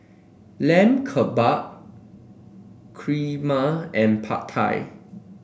Lamb Kebab Kheema and Pad Thai